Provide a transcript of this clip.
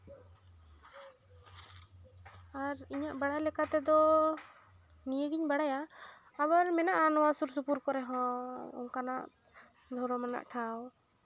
ᱟᱨ ᱤᱧᱟᱹᱜ ᱵᱟᱲᱟᱭ ᱞᱮᱠᱟ ᱛᱮᱫᱚ ᱱᱤᱭᱟᱹ ᱜᱮᱧ ᱵᱟᱲᱟᱭᱟ ᱟᱵᱟᱨ ᱢᱮᱱᱟᱜᱼᱟ ᱱᱚᱣᱟ ᱥᱩᱨ ᱥᱩᱯᱩᱨ ᱠᱚᱨᱮᱦᱚᱸ ᱚᱱᱠᱟᱱᱟᱜ ᱫᱷᱚᱨᱚᱢᱟᱱᱟᱜ ᱴᱷᱟᱶ